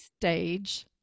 stage